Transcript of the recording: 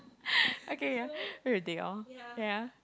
okay ya everything oh ya